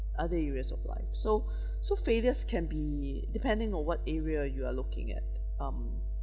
other areas of life so so failures can be depending on what area you are looking at um